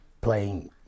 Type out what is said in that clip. playing